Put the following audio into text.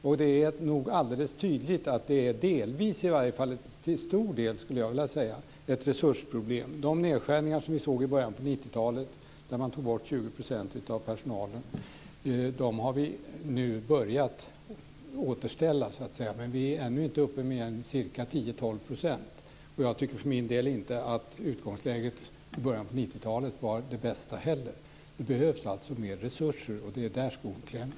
Det är nog alldeles tydligt att det till stor del är, skulle jag vilja säga, ett resursproblem. De nedskärningar vi såg i början av 90-talet, där man tog bort 20 % av personalen, har vi nu börjat återställa. Men vi är ännu inte uppe i mer än 10-12 %. Jag tycker för min del inte heller att utgångsläget i början av 90-talet var det bästa. Det behövs alltså mer resurser, och det är där skon klämmer.